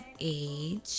age